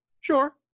Sure